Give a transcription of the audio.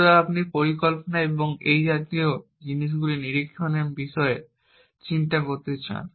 সুতরাং আপনি পরিকল্পনা এবং এই জাতীয় জিনিসগুলি নিরীক্ষণের বিষয়ে চিন্তা করতে চান